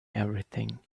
everything